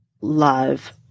love